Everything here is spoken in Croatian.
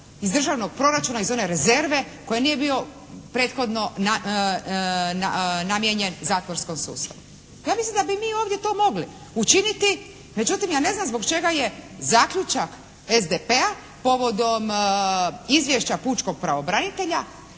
iz Državnog proračuna iz one rezerve koji nije bio prethodno namijenjen zatvorskom sustavu. Ja mislim da bi mi ovdje to mogli učiniti. Međutim ja ne znam zbog čega je zaključak SDP-a povodom izvješća pučkog pravobranitelja,